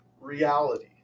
reality